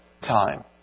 time